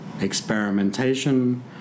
experimentation